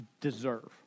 deserve